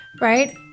right